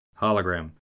Hologram